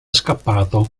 scappato